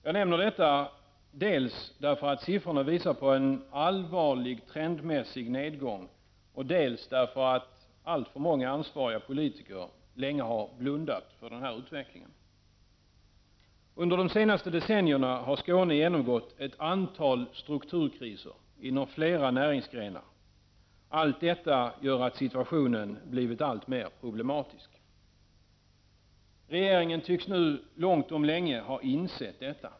Jag nämner detta, dels därför att siffrorna visar på en allvarlig trendmässig nedgång, dels därför att alltför många ansvariga politiker länge har blundat för utvecklingen. Under de senaste decennierna har Skåne genomgått ett antal strukturkriser inom flera näringsgrenar. Allt detta gör att situationen blivit alltmer problematisk. Regeringen tycks nu långt om länge ha insett detta.